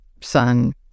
son